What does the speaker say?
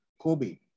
Kobe